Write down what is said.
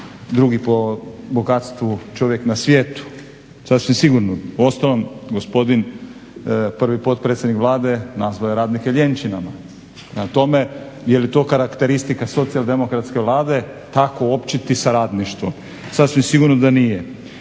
drugi po bogatstvu čovjek na svijetu, sasvim sigurno. Uostalom gospodin prvi potpredsjednik Vlade nazvao je radnike lijenčinama. Prema tome, je li to karakteristika socijaldemokratske vlade tako općiti sa radništvom? Sasvim sigurno da nije.